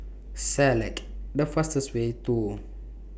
Select The fastest Way to